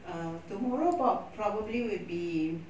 err tomorrow bought probably will be